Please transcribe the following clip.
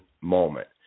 moment